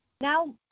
Now